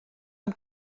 amb